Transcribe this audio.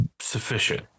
sufficient